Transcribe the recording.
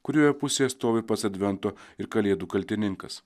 kurioje pusėje stovi pats advento ir kalėdų kaltininkas